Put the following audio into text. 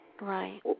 Right